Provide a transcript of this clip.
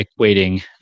equating